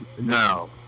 no